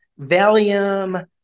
Valium